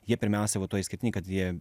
jie pirmiausia va tuo išskirtiniai kad jie